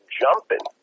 jumping